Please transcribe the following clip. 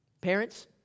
Parents